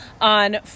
on